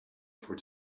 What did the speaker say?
for